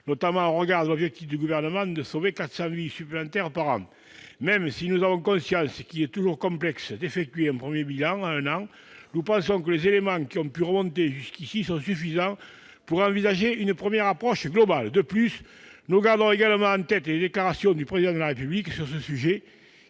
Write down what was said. notamment au regard de l'objectif du Gouvernement de sauver quatre cents vies supplémentaires par an. Même si nous avons conscience qu'il est toujours complexe d'effectuer un premier bilan après un an, nous pensons que les éléments qui ont pu remonter jusqu'ici sont suffisants pour envisager une première approche globale. De plus, nous gardons également en tête les déclarations du Président de la République sur ce sujet,